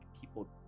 people